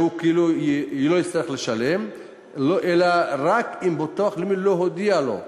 והוא כאילו לא יצטרך לשלם אלא רק אם הביטוח הלאומי לא הודיע לו.